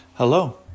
Hello